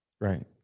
Right